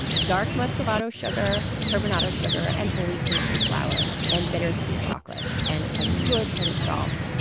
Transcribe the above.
and dark muscovado sugar, turbinado sugar, and whole wheat pastry flour, and bittersweet chocolate and a good hit of salt.